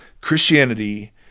Christianity